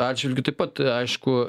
atžvilgiu taip pat aišku